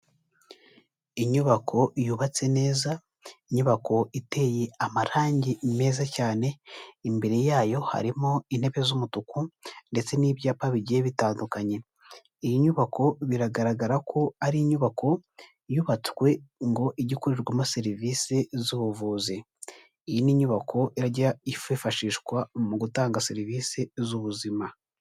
Inyubako yubatse neza, inyubako iteye amarangi meza cyane, imbere yayo harimo intebe z'umutuku ndetse n'ibyapa bigiye bitandukanye. Iyi nyubako biragaragara ko ari inyubako, yubatswe ngo igikorerwamo serivisi z'ubuvuzi, iyi ni inyubako iraajya yifashishwa mu gutanga serivisi z'ubuzima.